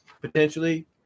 potentially